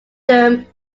them